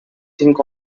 think